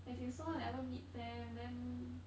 as in so long never meet them then